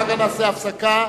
אחר כך נעשה הפסקה,